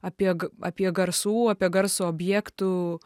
apie g apie garsų apie garso objektų